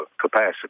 capacity